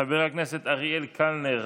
חברת הכנסת היבה יזבק,